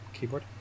Keyboard